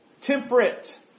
temperate